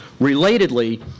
Relatedly